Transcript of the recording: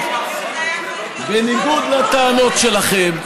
בניגוד לטענות שלכם,